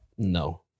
No